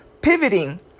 pivoting